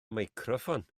meicroffon